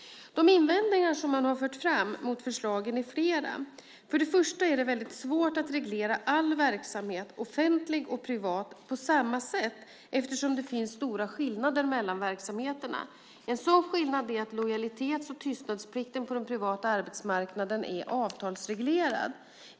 De invändningar som man har fört fram mot förslagen är flera. För det första är det väldigt svårt att reglera all verksamhet - offentlig och privat - på samma sätt eftersom det finns så stora skillnader mellan verksamheterna. En sådan skillnad är att lojalitets och tystnadsplikten på den privata arbetsmarknaden är avtalsreglerad.